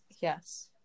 yes